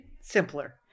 simpler